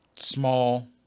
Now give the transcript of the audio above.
Small